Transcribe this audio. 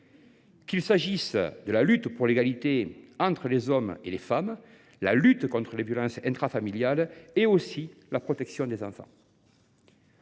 qu’il s’agisse de la lutte pour l’égalité entre les hommes et les femmes, de la lutte contre les violences intrafamiliales ou de la protection des enfants.